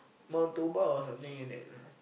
Mount-Toba or something like that lah